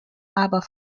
aber